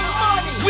money